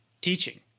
teaching